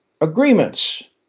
agreements